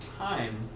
time